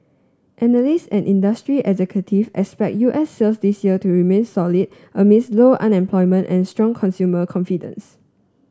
analysts and industry executive expect U S sales this year to remain solid amid low unemployment and strong consumer confidence